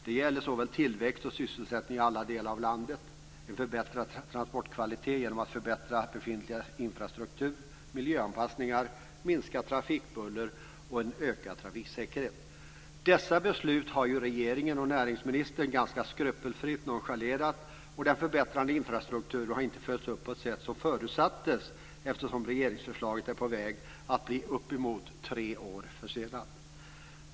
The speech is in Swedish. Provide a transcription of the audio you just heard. Det gäller tillväxt och sysselsättning i alla delar av landet, en förbättrad transportkvalitet genom förbättrad befintlig infrastruktur, miljöanpassningar, minskat trafikbuller och en ökad trafiksäkerhet. Dessa beslut har regeringen och näringsministern ganska skrupelfritt nonchalerat. Den förbättrade infrastrukturen har inte heller följts upp på det sätt som förutsattes, eftersom regeringsförslaget är på väg att bli uppemot tre år försenat.